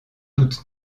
toute